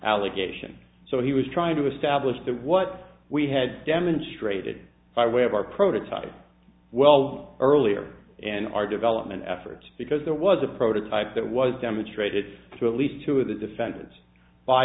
allegation so he was trying to establish that what we had demonstrated by way of our prototype well earlier and our development efforts because there was a prototype that was demonstrated through at least two of the defendants by